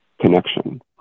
connection